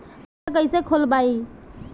खाता कईसे खोलबाइ?